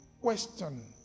question